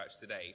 today